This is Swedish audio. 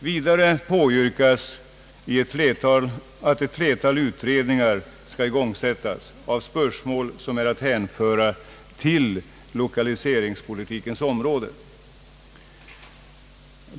Vidare påyrkas att ett flertal utredningar skall igångsättas av spörsmål som är att hänföra till lokaliseringspolitikens område.